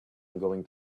going